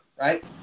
right